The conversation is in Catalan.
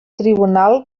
tribunal